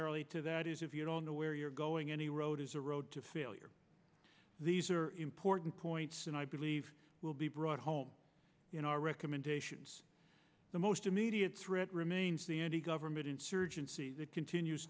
corollary to that is if you don't know where you're going any road is a road to failure these are important points and i believe will be brought home in our recommendations the most immediate threat remains the antigovernment insurgency that continues